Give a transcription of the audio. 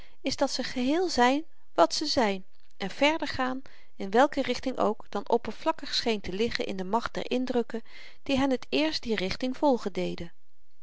is dat ze geheel zyn wàt ze zyn en verder gaan in welke richting ook dan oppervlakkig scheen te liggen in de macht der indrukken die hen t eerst die richting volgen deden